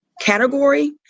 category